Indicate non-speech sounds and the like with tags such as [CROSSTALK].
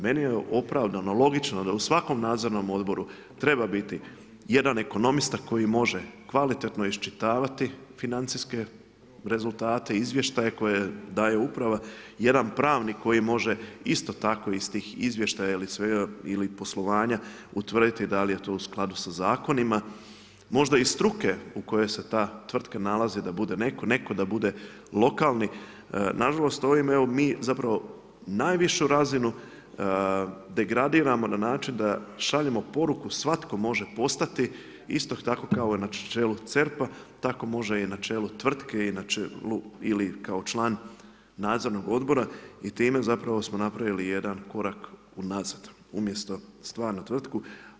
Meni je opravdano, logično da u svakom nadzornom odboru treba biti jedan ekonomista koji može kvalitetno iščitavati financijske rezultate, izvještaje koje daje uprave, jedan pravnik koji može isto tako iz tih izvještaja ili svega, ili poslovanja utvrditi da li je to u skladu sa zakonima, možda i struke u kojoj se ta tvrtka nalazi da bude netko, netko da bude lokalni, nažalost ovime evo mi zapravo najvišu razinu degradiramo na način da šaljemo poruku svatko može postati isto tako kao u načelu CERP-a, tako može i u načelu tvrtke i na čelu, ili kao član nadzornog odbora i time zapravo smo napravili jedan korak unazad umjesto … [UNINTELLIGIBLE] tvrtku.